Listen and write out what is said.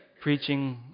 preaching